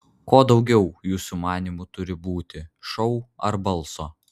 ko daugiau jūsų manymu turi būti šou ar balso